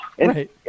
Right